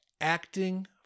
acting